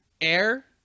air